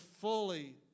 fully